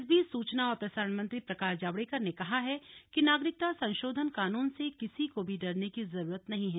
इस बीच सूचना और प्रसारण मंत्री प्रकाश जावडेकर ने कहा है कि नागरिकता संशोधन कानून से किसी को भी डरने की जरूरत नहीं है